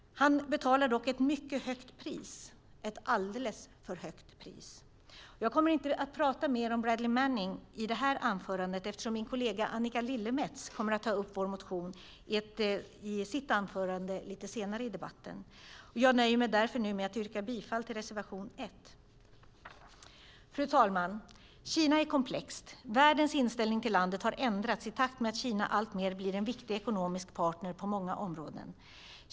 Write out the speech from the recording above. Han betalar dock ett mycket högt pris - ett alldeles för högt pris. Jag kommer inte att prata mer om Bradley Manning i det här anförandet, eftersom min kollega Annika Lillemets kommer att ta upp vår motion i sitt anförande lite senare i debatten. Jag nöjer mig därför nu med att yrka bifall till reservation 1. Fru talman! Kina är komplext. Världens inställning till landet har ändrats i takt med att Kina alltmer blir en viktig ekonomisk partner på många områden.